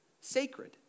Sacred